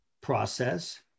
process